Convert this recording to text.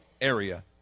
area